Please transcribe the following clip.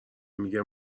میگه